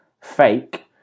fake